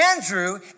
Andrew